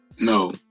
No